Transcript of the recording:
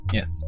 Yes